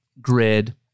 grid